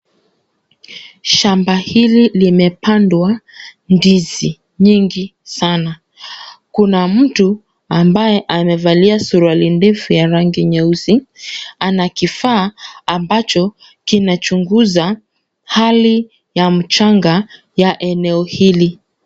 Shamba hili limepandwa ndizi nyingi sana. Kuna mtu ambaye amevalia suruari ndefu ya rangi nyeusi. Ana kifaa ambacho kinachunguza hali ya mchanga ya eneo hili.